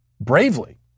bravely